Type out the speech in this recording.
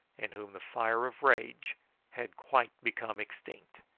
in whom the fire of rage had quite become extinct.